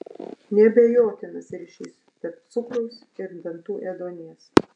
neabejotinas ryšys tarp cukraus ir dantų ėduonies